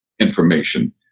information